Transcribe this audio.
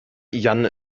jan